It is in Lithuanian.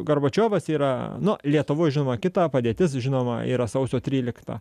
gorbačiovas yra na lietuvoj žinoma kita padėtis žinoma yra sausio trylikta